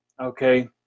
okay